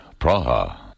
Praha